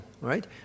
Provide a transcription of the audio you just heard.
right